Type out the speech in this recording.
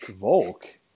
Volk